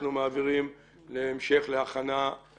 האם אנחנו מעבירים את הצעות החוק האלה להכנה לקריאה